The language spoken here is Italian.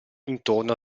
intorno